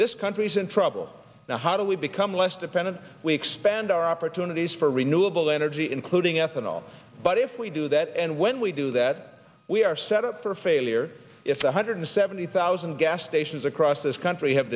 this country's in trouble now how do we become less dependent we expand our opportunities for renewable energy including ethanol but if we do that and when we do that we are set up for failure if one hundred seventy thousand gas stations across this country have